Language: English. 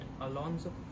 Alonso